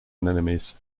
anemones